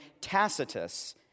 Tacitus